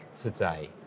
today